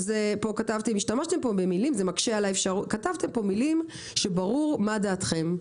כתבתם פה מילים שברור מה דעתכם.